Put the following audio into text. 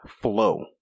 flow